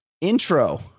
intro